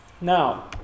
Now